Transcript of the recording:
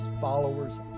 followers